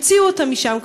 יוציאו אותם משם,